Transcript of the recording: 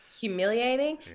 humiliating